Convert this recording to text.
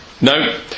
No